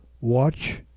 watch